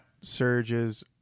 Surge's